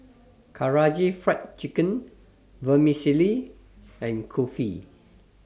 Karaage Fried Chicken Vermicelli and Kulfi